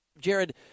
Jared